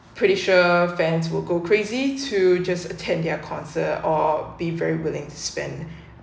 pretty sure fans will go crazy to just attend their concert or be very willing to spend